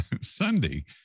Sunday